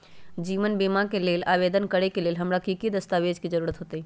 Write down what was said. जीवन बीमा के लेल आवेदन करे लेल हमरा की की दस्तावेज के जरूरत होतई?